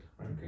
okay